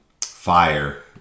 fire